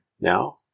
now